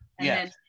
Yes